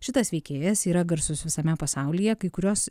šitas veikėjas yra garsus visame pasaulyje kai kurios